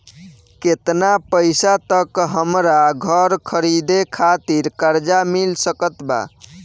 केतना पईसा तक हमरा घर खरीदे खातिर कर्जा मिल सकत बा?